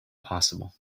possible